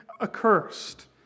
accursed